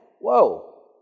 Whoa